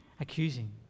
Accusing